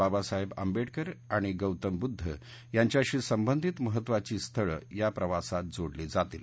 बाबासाहेब आंबेडकर आणि गौतम बुद्ध यांच्याशी संबंधित महत्वाच्या स्थळं या प्रवासात जोडली जातील